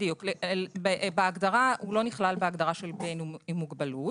הוא לא נכלל בהגדרה של בן עם מוגבלות